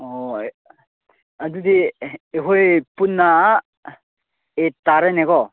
ꯑꯣ ꯑꯗꯨꯗꯤ ꯑꯩꯈꯣꯏ ꯄꯨꯟꯅ ꯑꯩꯠ ꯇꯥꯔꯦꯅꯦꯀꯣ